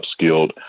upskilled